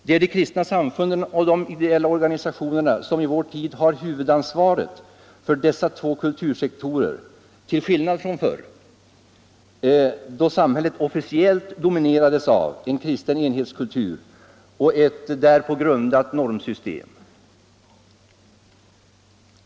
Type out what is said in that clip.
Det är de kristna samfunden och ideella organisationerna som i vår tid har huvudansvaret för dessa två kultursektorer, till skillnad från förr då samhället officiellt dominerades av en kristen enhetskultur och ett därpå grundat normsystem.